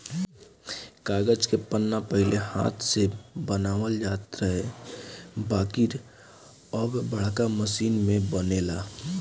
कागज के पन्ना पहिले हाथ से बनावल जात रहे बाकिर अब बाड़का मशीन से बनेला